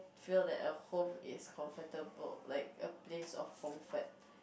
feel that a home is comfortable like a place of comfort